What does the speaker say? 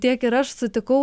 tiek ir aš sutikau